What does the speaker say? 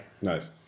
Nice